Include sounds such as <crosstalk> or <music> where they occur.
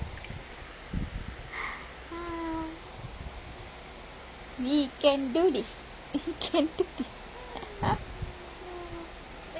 <breath> we can do this we can do this <laughs>